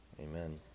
Amen